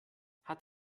hat